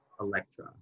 Electra